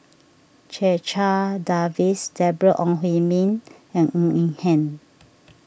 Checha Davies Deborah Ong Hui Min and Ng Eng Hen